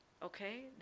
Okay